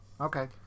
Okay